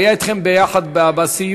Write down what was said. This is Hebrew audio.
הוא היה אתכם יחד בסיור.